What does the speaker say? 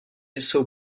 jsou